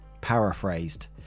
paraphrased